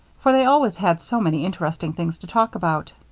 for they always had so many interesting things to talk about.